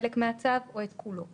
חלק מהצו או את כולו.